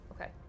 Okay